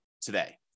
today